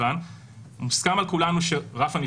שתי העבירות של חלקי נשק,